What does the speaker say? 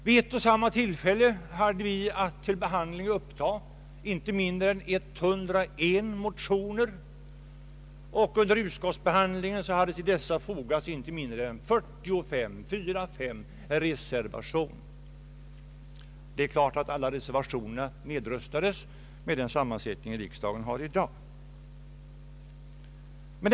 Vid ett och samma tillfälle hade vi att till behandling uppta inte mindre än 101 motioner, och under utskottsbehandlingen hade till dessa fogats inte mindre än 45 reservationer. Det är klart att alla reservationer nedröstades, med den sammansättning som riksdagen i dag har.